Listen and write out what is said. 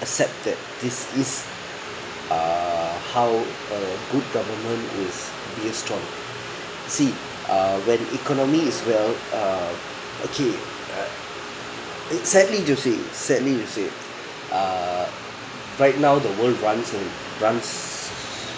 accept that this is err how a good government is you see uh when economy is well uh okay uh it sadly to say sadly to say err right now the world wants okay runs